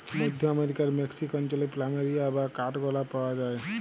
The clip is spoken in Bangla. মধ্য আমরিকার মেক্সিক অঞ্চলে প্ল্যামেরিয়া বা কাঠগলাপ পাওয়া যায়